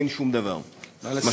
אין שום דבר משמעותי.